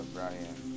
Brian